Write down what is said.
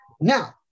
Now